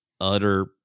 utter